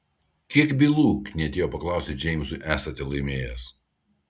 kiek bylų knietėjo paklausti džeimsui esate laimėjęs